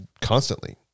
constantly